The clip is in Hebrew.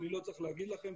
אני לא צריך להגיד לכם,